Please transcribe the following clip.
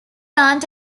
aunt